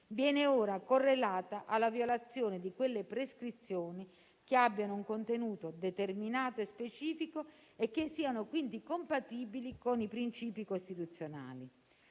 viene ora correlata alla violazione di quelle prescrizioni che abbiano un contenuto determinato e specifico e che siano quindi compatibili con i principi costituzionali.